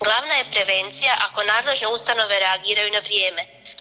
Glavna je prevencija ako nadležne ustanove reagiraju na vrijeme.